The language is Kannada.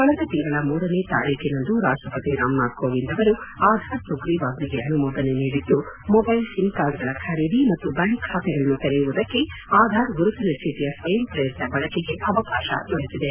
ಕಳೆದ ತಿಂಗಳ ಮೂರನೇ ತಾರೀಖಿನಂದು ರಾಷ್ಟ ಪತಿ ರಾಮನಾಥ್ ಕೋವಿಂದ್ ಅವರು ಆಧಾರ್ ಸುಗ್ರೀವಾಜ್ಞೆಗೆ ಅನುಮೋದನೆ ನೀಡಿದ್ದು ಮೊಬೈಲ್ ಸಿಮ್ ಕಾರ್ಡ್ ಗಳ ಖರೀದಿ ಮತ್ತು ಬ್ಯಾಂಕ್ ಖಾತೆಗಳನ್ನು ತೆರೆಯುವುದಕ್ಕೆ ಆಧಾರ್ ಗುರುತಿನ ಚೀಟಿಯ ಸ್ವಯಂಪ್ರೇರಿತ ಬಳಕೆಗೆ ಅವಕಾಶ ದೊರೆತಿದೆ